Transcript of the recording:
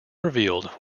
revealed